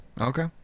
Okay